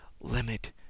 limit